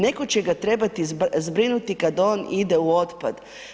Netko će ga trebati zbrinuti kada on ide u otpad.